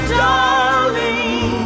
darling